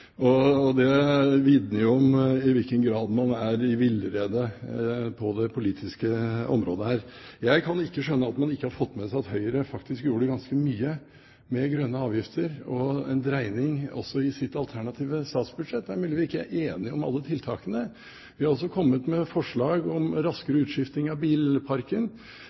uheldig, uheldig». Det vitner om i hvilken grad man er i villrede på dette politiske området. Jeg kan ikke skjønne at man ikke har fått med seg at Høyre faktisk gjorde ganske mye med grønne avgifter og gjorde en dreining også i sitt alternative statsbudsjett. Det er mulig vi ikke er enige om alle tiltakene. Vi har også kommet med forslag om en raskere utskifting av bilparken.